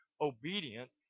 obedient